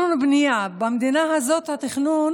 במדינה הזאת התכנון